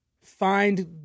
find